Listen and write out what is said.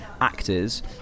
actors